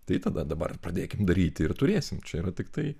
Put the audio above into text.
tai tada dabar pradėkim daryti ir turėsim čia yra tiktai